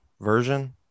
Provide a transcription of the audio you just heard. version